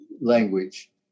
language